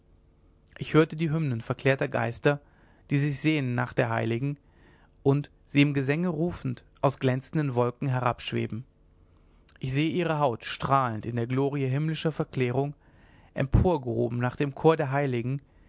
ich höre die hymnen verklärter geister die sich sehnen nach der heiligen und sie im gesänge rufend aus glänzenden wolken herabschweben ich sehe ihr haupt strahlend in der glorie himmlischer verklärung emporgehoben nach dem chor der heiligen